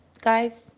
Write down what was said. guys